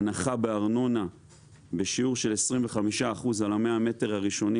הנחה בארנונה בשיעור של 25% על ה-100 מטר הראשונים